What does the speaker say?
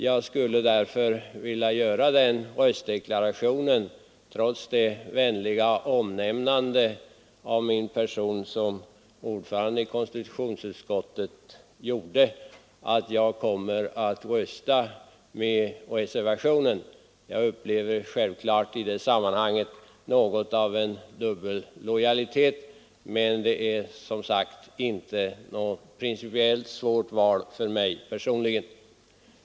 Jag skulle därför vilja göra den röstdeklarationen, trots det vänliga omnämnande av min person som ordföranden i konstitutionsutskottet gjorde, att jag kommer att rösta med reservationen. Jag upplever självklart i det sammanhanget något av en dubbel lojalitet, men det är som sagt inte något principiellt svårt val för mig personligen.